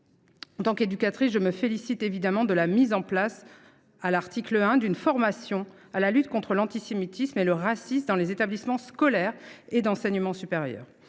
En tant qu’éducatrice, je me félicite de la mise en place, à l’article 1, d’une formation à la lutte contre l’antisémitisme et le racisme dans les établissements scolaires et d’enseignement supérieur.